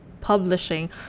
publishing